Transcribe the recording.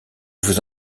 vous